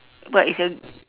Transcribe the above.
but it's a